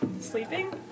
Sleeping